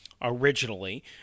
Originally